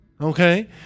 Okay